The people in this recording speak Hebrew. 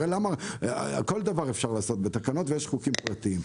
הרי כל דבר אפשר לעשות בתקנות ויש חוקים פרטיים.